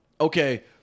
Okay